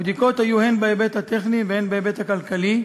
הבדיקות היו הן בהיבט הטכני והן בהיבט הכלכלי,